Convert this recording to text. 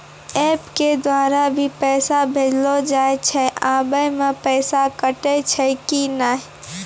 App के द्वारा भी पैसा भेजलो जाय छै आबै मे पैसा कटैय छै कि नैय?